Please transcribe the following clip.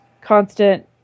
constant